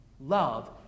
Love